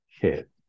hit